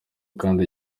kandi